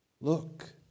Look